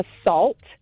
assault